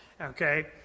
okay